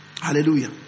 Hallelujah